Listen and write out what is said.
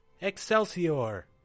Excelsior